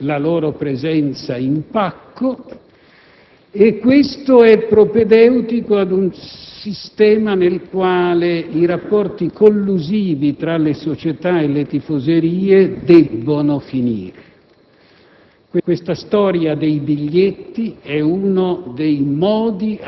a rischio, rappresentati dai viaggi delle tifoserie e la loro presenza «in pacco». E questo è propedeutico ad un sistema nel quale i rapporti collusivi tra le società e le tifoserie debbono finire.